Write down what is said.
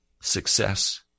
success